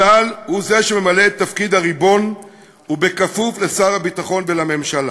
צה"ל הוא זה שממלא את תפקיד הריבון וכפוף לשר הביטחון ולממשלה,